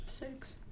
Six